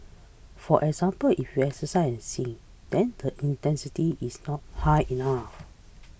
for example if you exercise sing then the intensity is not high enough